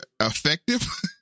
effective